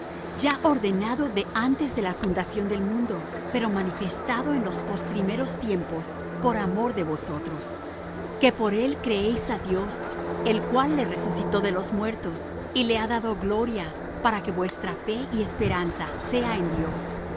ya ordenado de antes de la fundación del mundo pero manifestado en los postrimeros tiempos por amor de vosotros que por él creéis á dios el cual le resucitó de los muertos y le ha dado gloria para que vuestra fe y esperanza sea en dios